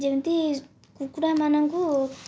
ଯେମିତି କୁକୁଡ଼ାମାନଙ୍କୁ